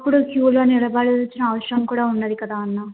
అప్పుడు క్యూలో నిలబడవల్సిన అవసరం కూడా ఉండదు కదా అన్నా